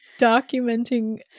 documenting